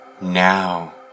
Now